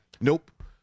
nope